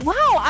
Wow